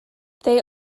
they